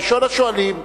ראשון השואלים,